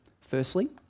Firstly